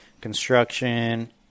construction